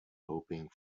hoping